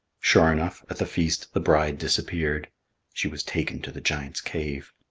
sure enough, at the feast, the bride disappeared she was taken to the giant's cave.